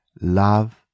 love